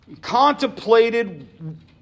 contemplated